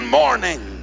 morning